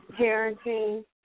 parenting